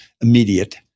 immediate